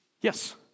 yes